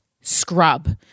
scrub